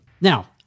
Now